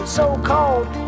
so-called